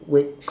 wake